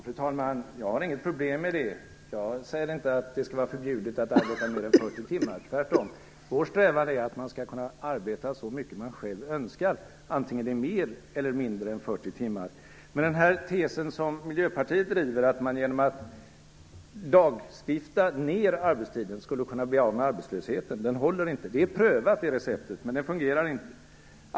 Fru talman! Jag har inget problem med det. Jag säger inte att det skall vara förbjudet att arbeta mer än 40 timmar, tvärtom. Vår strävan är att man skall kunna arbeta så mycket man själv önskar, antingen det är mer eller mindre än 40 timmar. Men den tes som Miljöpartiet driver om att man genom att lagstifta ned arbetstiden skulle kunna bli av med arbetslösheten - den håller inte. Det receptet är prövat, men det fungerar inte.